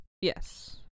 Yes